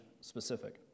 specific